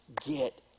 get